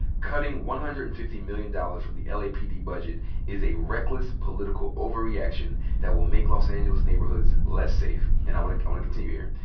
cutting one hundred and fifty million dollars from the l. a. p. d. budget is a reckless political overreaction that will make los angeles neighborhoods less safe. and i wanna wanna continue here.